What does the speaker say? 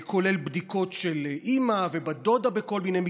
כולל בדיקות של אימא, ובת דודה בכל מיני מקרים,